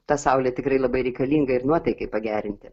ta saulė tikrai labai reikalinga ir nuotaikai pagerinti